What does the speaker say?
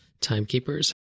timekeepers